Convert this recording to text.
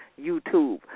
YouTube